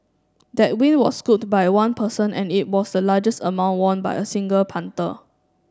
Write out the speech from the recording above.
that win was scooped by one person and it was the largest amount won by a single punter